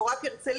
או רק הרצליה,